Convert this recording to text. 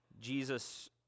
Jesus